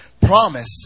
promise